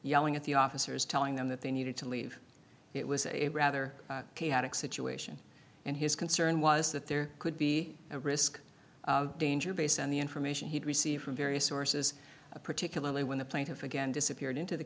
yelling at the officers telling them that they needed to leave it was a rather chaotic situation and his concern was that there could be a risk of danger based on the information he received from various sources particularly when the plaintiff again disappeared into the